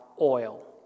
oil